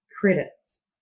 credits